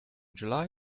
july